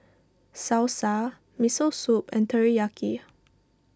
Salsa Miso Soup and Teriyaki